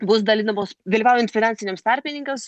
bus dalinamos dalyvaujant finansiniams tarpininkams